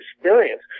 experience